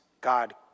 God